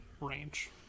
range